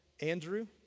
Andrew